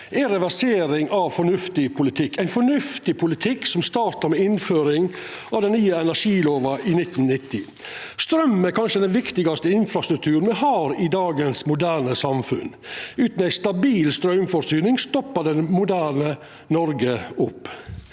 er reversering av fornuftig politikk, ein fornuftig politikk som starta med innføring av den nye energilova i 1990. Straum er kanskje den viktigaste infrastrukturen me har i dagens moderne samfunn. Utan ei stabil straumforsyning stoppar det moderne Noreg opp.